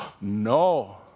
No